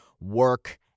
work